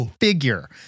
figure